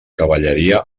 cavalleria